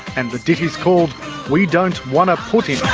and the ditty is called we don't wanna put in.